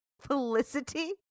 Felicity